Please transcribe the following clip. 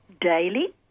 daily